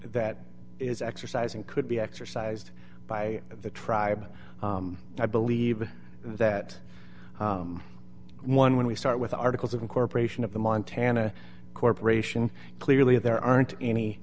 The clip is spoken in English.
that is exercising could be exercised by the tribe i believe that one when we start with articles of incorporation of the montana corporation clearly there aren't any